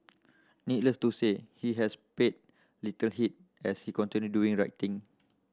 needless to say he has paid little heed as he continue doing right thing